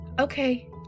okay